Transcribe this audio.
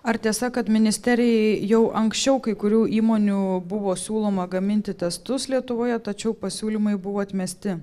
ar tiesa kad ministerijai jau anksčiau kai kurių įmonių buvo siūloma gaminti testus lietuvoje tačiau pasiūlymai buvo atmesti